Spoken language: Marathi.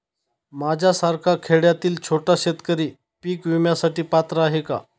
माझ्यासारखा खेड्यातील छोटा शेतकरी पीक विम्यासाठी पात्र आहे का?